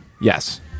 yes